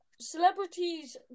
celebrities